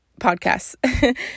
podcasts